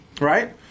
right